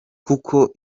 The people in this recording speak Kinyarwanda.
kuko